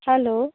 hello